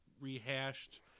rehashed